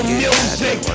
music